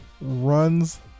runs